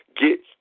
get